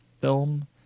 film